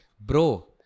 Bro